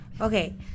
Okay